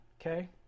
okay